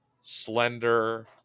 slender